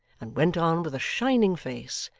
and went on with a shining face,